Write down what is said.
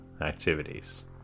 activities